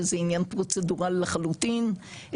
שזה עניין פרוצדורלי לחלוטין,